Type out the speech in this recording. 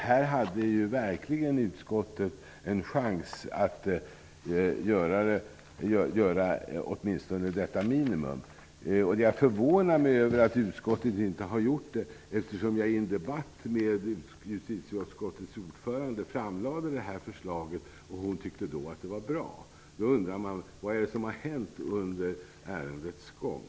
Här hade utskottet verkligen en chans att göra åtminstone detta minimum. Jag förvånar mig över att utskottet inte har gjort det, eftersom jag i en debatt med justitieutskottets ordförande framlade det här förslaget och hon tyckte då att det var bra. Man undrar då vad som har hänt under ärendets gång.